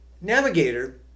Navigator